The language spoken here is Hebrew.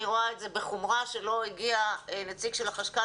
אני רואה את זה בחומרה שלא הגיע נציג של החשכ"ל